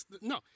No